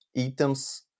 items